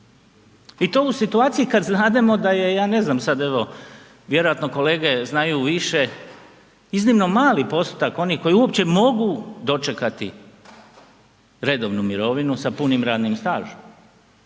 I to u situaciji kad znademo ja ne znam, sad evo vjerojatno kolege znaju više, iznimno mali postotak onih koji uopće mogu dočekati redovnu mirovinu sa punim radnim stažom.